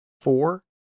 four